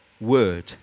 Word